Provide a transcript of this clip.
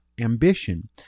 ambition